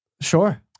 Sure